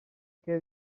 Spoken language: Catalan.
què